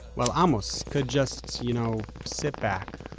while amos could just, you know, sit back